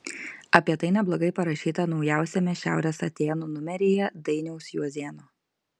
apie tai neblogai parašyta naujausiame šiaurės atėnų numeryje dainiaus juozėno